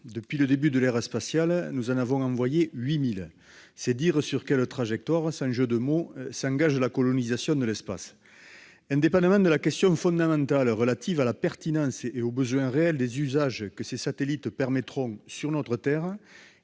depuis le début de l'ère spatiale, nous en avons envoyé 8 000. C'est dire sur quelle trajectoire- sans faire de jeu de mots -s'engage la colonisation de l'espace. Indépendamment de la question fondamentale de la pertinence, du besoin réel, des usages que ces satellites permettront sur notre Terre-